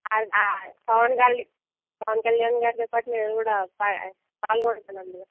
అది ఆ పవన్ కళ్యాణ్ పవన్ కళ్యాణ్ గారితో నేను కూడా పా పాల్గొంటాను అందులో